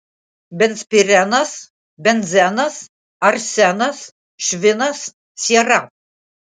benzpirenas benzenas arsenas švinas siera